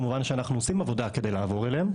כמובן שאנחנו עושים עבודה כדי לעבור אליהן,